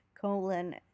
Colon